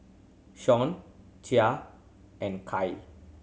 Gia and Kai